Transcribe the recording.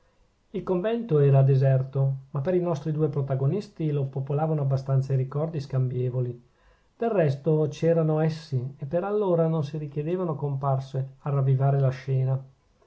il convento era deserto ma per i nostri due protagonisti lo popolavano abbastanza i ricordi scambievoli del resto c'erano essi e per allora non si richiedevano comparse a ravvivare la scena